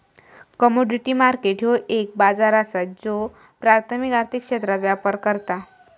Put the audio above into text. commodity market ह्यो एक बाजार असा ज्यो प्राथमिक आर्थिक क्षेत्रात व्यापार करता